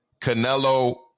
Canelo